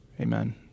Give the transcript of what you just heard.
amen